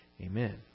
Amen